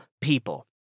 people